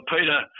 Peter